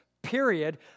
period